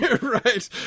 Right